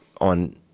on